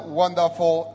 wonderful